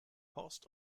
horst